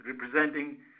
representing